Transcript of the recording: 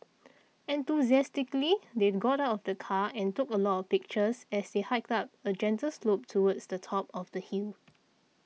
enthusiastically they got of the car and took a lot of pictures as they hiked up a gentle slope towards the top of the hill